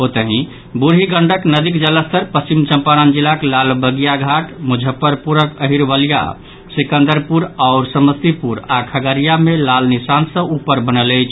ओतहि बूढ़ी गंडक नदीक जलस्तर पश्चिम चंपारण जिलाक लालबगियाघाट मुजफ्फरपुरक अहिरवलिया सिकंदरपुर आ समस्तीपुर आओर खगड़िया मे लाल निशान सँ ऊपर बनल अछि